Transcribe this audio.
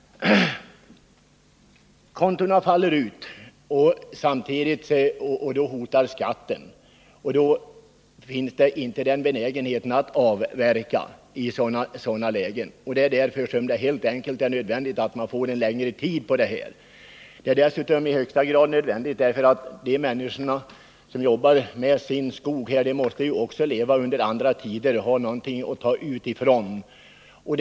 Kontona faller ut och då tas skatt ut. I sådana lägen finns inte någon benägenhet att avverka. Därför är det angeläget att uppskovstiden förlängs. Det är dessutom helt nödvändigt, eftersom människor som arbetar med skog måste ha möjlighet att leva även under andra tider, ha någonting att ta ut ifrån sedan inget finns att avverka.